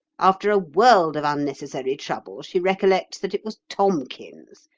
after a world of unnecessary trouble she recollects that it was tomkins,